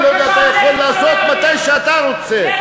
צילומי אוויר אתה יכול לעשות מתי שאתה רוצה.